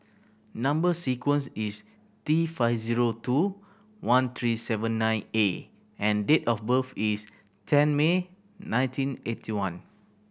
number sequence is T five zero two one three seven nine A and date of birth is ten May nineteen eighty one